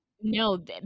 No